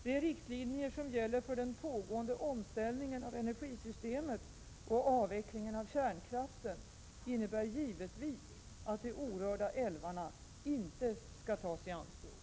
De riktlinjer som gäller för den pågående omställningen av energisystemet och avvecklingen av kärnkraften innebär givetvis att de orörda älvarna inte skall tas i anspråk.